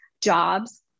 jobs